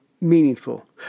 meaningful